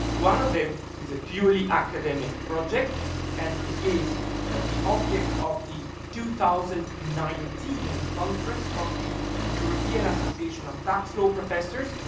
one of them is a purely academic project and it is the object of the two thousand and nineteen conference of the european association of tax law professors.